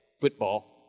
football